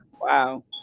Wow